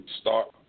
start